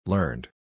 Learned